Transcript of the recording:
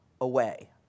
away